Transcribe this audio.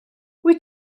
wyt